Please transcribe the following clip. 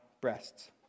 breasts